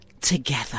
together